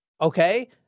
Okay